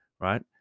right